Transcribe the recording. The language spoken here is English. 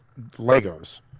Legos